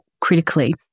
critically